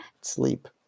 sleep